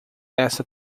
essa